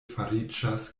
fariĝas